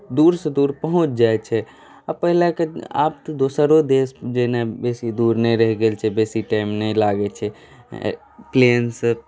दूरसँ दूर पहुँच जाइत छै आ पहिलाके आब तऽ दोसरो देश जेनाइ बेसी दूर नहि रहि गेल छै बेसी टाइम नहि लागैत छै प्लेनसँ